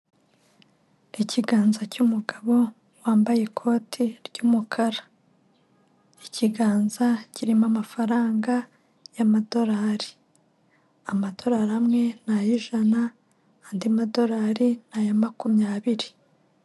Ikiganza cy'umugabo, wambaye ikoti ry'umukara. Ikiganza kirimo amafaranga y'amadolari. Amadolari amwe ni ay'ijana, andi madolari ni aya makumyabiri.